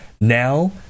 now